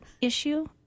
issue